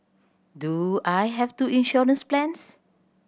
do I have two insurance plans